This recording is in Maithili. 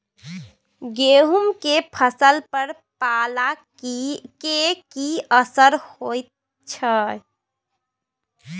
गेहूं के फसल पर पाला के की असर होयत छै?